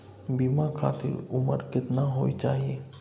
बीमा खातिर उमर केतना होय चाही?